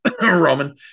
Roman